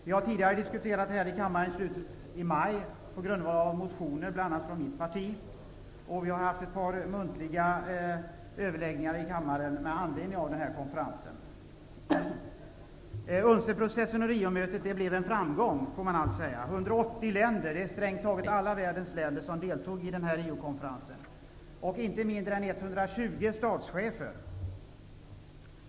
Vi diskuterade denna fråga här i kammaren i slutet av maj, då med anledning av motioner -- bl.a. från mitt parti. Därutöver har miljöministern vid två tillfällen lämnat muntliga redovisningar för konferensen. UNCED-processen och Riomötet blev en framgång, måste man säga. Det var 180 länder -- dvs. nästan alla världens länder -- som deltog i konferensen, varav 120 företräddes av sina statschefer.